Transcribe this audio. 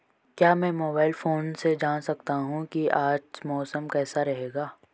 क्या मैं mobile phone से जान सकता हूँ कि आज मौसम कैसा रहेगा?